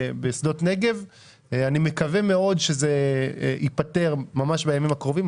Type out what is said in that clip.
אני מקווה מאוד שזה ייפתר ממש בימים הקרובים,